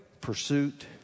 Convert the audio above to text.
pursuit